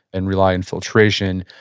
and rely on filtration.